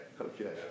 okay